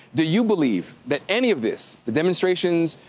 do you believe that any of this, the demonstrations,